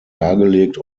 dargelegt